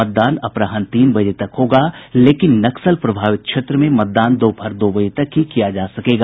मतदान अपराह्न तीन बजे तक होगा लेकिन नक्सल प्रभावित क्षेत्र में मतदान दोपहर दो बजे तक ही किया जा सकेगा